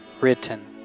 written